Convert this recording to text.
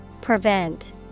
Prevent